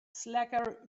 slacker